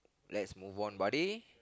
let's move on buddy